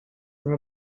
from